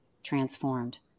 transformed